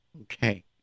Okay